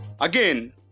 Again